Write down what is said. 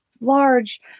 large